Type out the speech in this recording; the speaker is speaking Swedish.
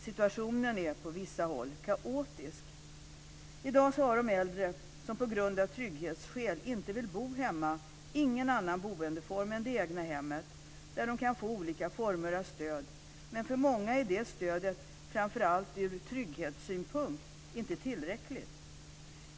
Situationen är på vissa håll kaotisk. I dag har de äldre som av trygghetsskäl inte vill bo hemma ingen annan boendeform än det egna hemmet, där de kan få olika former av stöd. Men för många är det stödet, framför allt ur trygghetssynpunkt, inte tillräckligt.